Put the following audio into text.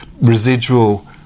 residual